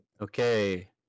Okay